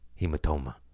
Hematoma